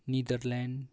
Netherlands